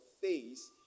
face